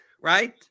right